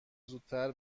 زودتر